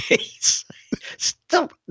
Stop